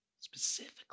specifically